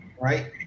right